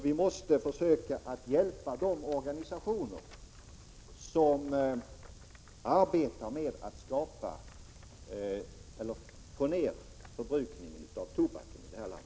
Vi måste också försöka hjälpa de organisationer som arbetar med att få ned förbrukningen av tobak i det här landet.